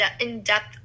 in-depth